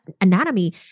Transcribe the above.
anatomy